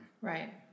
Right